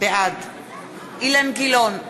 בעד אילן גילאון,